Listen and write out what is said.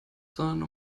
sondern